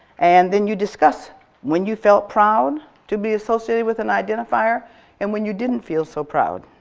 and then you discuss when you felt proud to be associated with an identifier and when you didn't feel so proud,